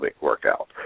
workout